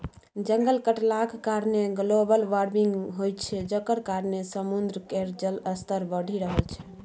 जंगल कटलाक कारणेँ ग्लोबल बार्मिंग होइ छै जकर कारणेँ समुद्र केर जलस्तर बढ़ि रहल छै